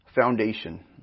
foundation